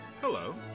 hello